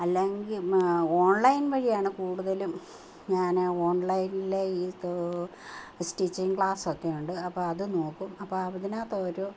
അല്ലെങ്കിൽ ഓൺലൈൻ വഴിയാണ് കൂടുതലും ഞാൻ ഓൺലൈനിലെ ഈ സ്റ്റിച്ചിംഗ് ക്ലാസ്സൊക്കെയുണ്ട് അപ്പോൾ അതു നോക്കും അപ്പോൾ അതിനകത്ത് ഒരു